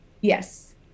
Yes